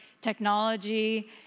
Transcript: technology